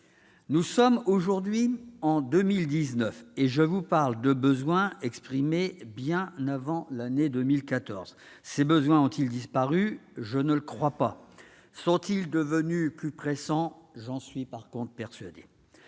Nous sommes aujourd'hui en 2019, et je vous parle de besoins exprimés bien avant l'année 2014. Ces besoins ont-ils disparu ? Je ne le crois pas. Sont-ils devenus plus pressants ? J'en suis persuadé.